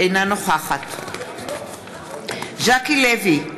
אינה נוכחת ז'קי לוי,